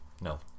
no